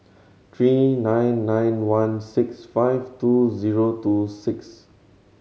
three nine nine one six five two zero two six